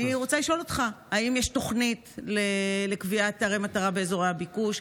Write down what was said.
אני רוצה לשאול אותך: האם יש תוכנית לקביעת ערי מטרה באזורי הביקוש?